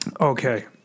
Okay